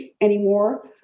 anymore